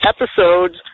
episodes